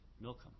Milcom